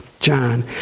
John